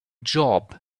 job